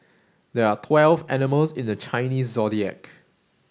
there are twelve animals in the Chinese Zodiac